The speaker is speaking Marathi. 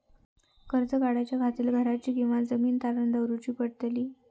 कर्ज काढच्या खातीर घराची किंवा जमीन तारण दवरूची पडतली?